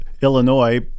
Illinois